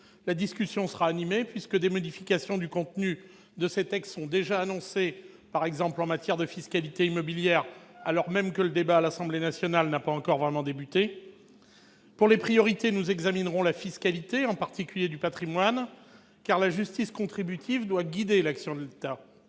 La discussion sera animée, puisque des modifications du contenu de ces textes sont déjà annoncées, en matière de fiscalité immobilière, par exemple, alors même que le débat à l'Assemblée nationale n'a pas encore vraiment débuté. Parmi les priorités, nous examinerons la fiscalité, en particulier celle qui porte sur le patrimoine, car la justice contributive doit guider l'action de l'État.